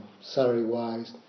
salary-wise